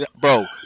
Bro